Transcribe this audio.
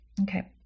Okay